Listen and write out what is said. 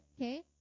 okay